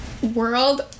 world